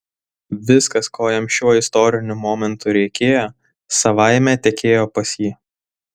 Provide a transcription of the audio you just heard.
viskas ko jam šiuo istoriniu momentu reikėjo savaime tekėjo pas jį